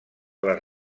les